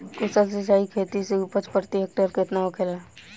कुशल सिंचाई खेती से उपज प्रति हेक्टेयर केतना होखेला?